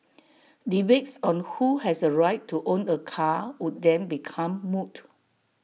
debates on who has A right to own A car would then become moot